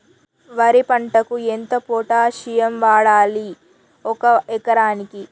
వరి పంటకు ఎంత పొటాషియం వాడాలి ఒక ఎకరానికి?